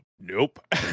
Nope